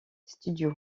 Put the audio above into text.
studio